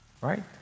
Right